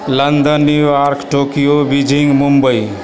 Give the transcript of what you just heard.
London New York Tokyo Beijing Mumbai